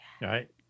Right